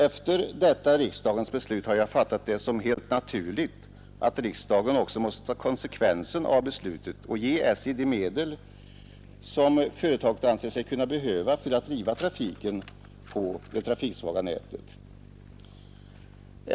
Efter detta riksdagens beslut har jag uppfattat det som helt naturligt att riksdagen också måste ta konsekvensen av beslutet och ge SJ de medel som företaget anser sig behöva för att driva trafiken på det trafiksvaga nätet.